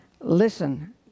Listen